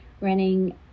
running